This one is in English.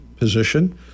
position